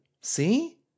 See